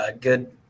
good